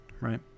right